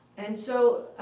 and so